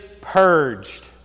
purged